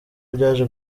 byaje